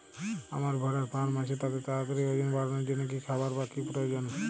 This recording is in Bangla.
আমার ভেড়ার ফার্ম আছে তাদের তাড়াতাড়ি ওজন বাড়ানোর জন্য কী খাবার বা কী প্রয়োজন?